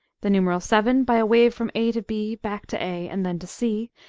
the numeral seven by a wave from a to b, back to a, and then to c,